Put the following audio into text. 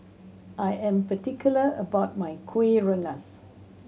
I am particular about my Kueh Rengas